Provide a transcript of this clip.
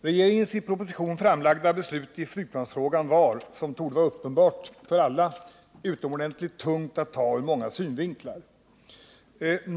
Herr talman! Regeringens i proposition redovisade beslut i flygplansfrågan var, som torde vara uppenbart för alla, utomordentligt tungt att fatta ur många synvinklar.